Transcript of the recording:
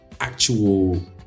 actual